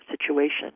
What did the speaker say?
situation